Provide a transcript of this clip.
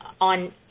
on